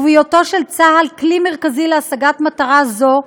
ובהיותו של צה"ל כלי מרכזי להשגת מטרה זו,